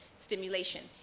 Stimulation